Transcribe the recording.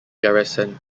garrison